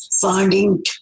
finding